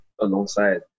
alongside